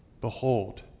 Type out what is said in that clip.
behold